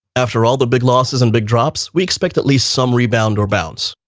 after all the big losses and big drops, we expect at least some rebound or bounce.